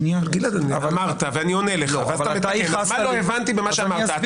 גלעד, אמרת ואני עונה לך, מה לא הבנתי במה שאמרת?